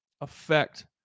affect